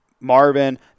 Marvin